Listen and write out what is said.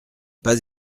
pas